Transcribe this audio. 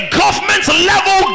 government-level